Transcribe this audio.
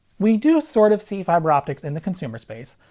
we do sort of see fiber optics in the consumer space.